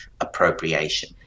appropriation